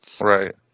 Right